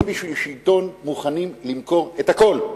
אתם בשביל שלטון מוכנים למכור את הכול,